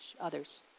others